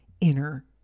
inner